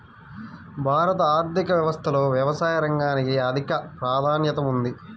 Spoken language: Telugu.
భారత ఆర్థిక వ్యవస్థలో వ్యవసాయ రంగానికి అధిక ప్రాధాన్యం ఉంది